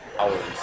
hours